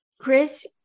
Chris